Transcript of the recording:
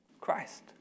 Christ